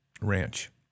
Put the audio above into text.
ranch